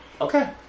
Okay